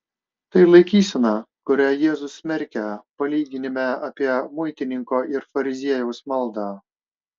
tai laikysena kurią jėzus smerkia palyginime apie muitininko ir fariziejaus maldą